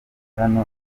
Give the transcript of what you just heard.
hano